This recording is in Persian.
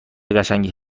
قشنگی